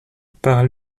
par